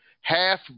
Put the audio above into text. half